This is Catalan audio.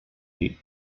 dir